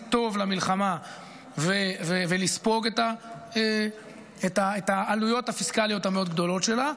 טוב למלחמה ולספוג את העלויות הפיסקליות המאוד-גדולות שלה.